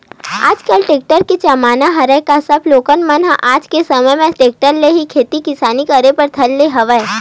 आजकल टेक्टर के जमाना हरय गा सब लोगन मन ह आज के समे म टेक्टर ले ही खेती किसानी करे बर धर ले हवय